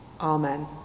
Amen